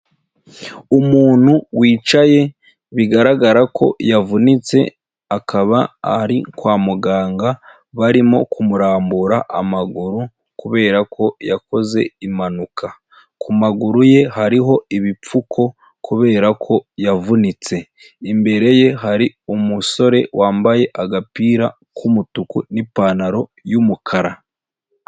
Umuntu wicaye bigaragara ko yavunitse akaba ari kwa muganga, barimo kumurambura amaguru kubera ko yakoze impanuka, ku maguru ye hariho ibipfuko kubera ko yavunitse, imbere ye hari umusore wambaye agapira k'umutuku n'ipantaro y'umukara.